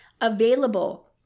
available